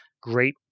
great